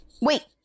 wait